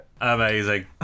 Amazing